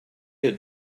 had